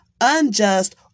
unjust